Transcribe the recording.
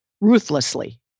Ruthlessly